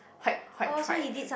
white white tribe